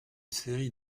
série